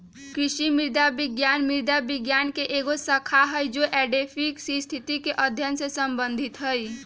कृषि मृदा विज्ञान मृदा विज्ञान के एक शाखा हई जो एडैफिक स्थिति के अध्ययन से संबंधित हई